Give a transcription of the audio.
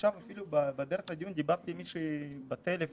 עכשיו אפילו בדרך לדיון דיברתי עם מישהי בטלפון,